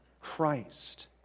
Christ